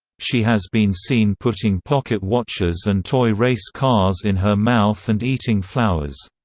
she has been seen putting pocket watches and toy race cars in her mouth and eating flowers.